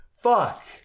Fuck